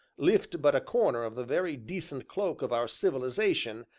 lift but a corner of the very decent cloak of our civilization,